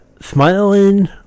Smiling